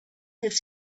his